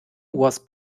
was